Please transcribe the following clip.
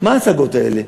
מה ההצגות האלה?